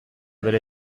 bere